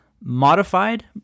modified